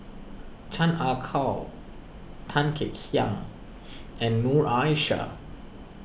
Chan Ah Kow Tan Kek Hiang and Noor Aishah